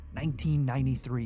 1993